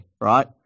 right